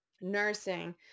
nursing